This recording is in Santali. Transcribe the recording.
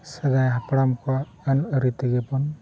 ᱥᱮᱫᱟᱭ ᱦᱟᱯᱲᱟᱢ ᱠᱚᱣᱟᱜ ᱟᱹᱱ ᱟᱹᱨᱤ ᱛᱮᱜᱮᱵᱚᱱ